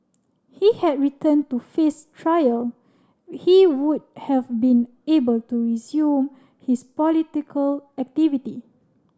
he had return to face trial he would have been able to resume his political activity